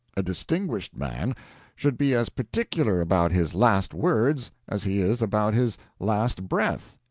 a distinguished man should be as particular about his last words as he is about his last breath.